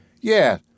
Yeah